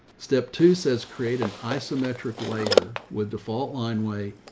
step two says, create an isometric layer with default line way,